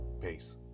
Peace